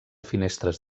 finestres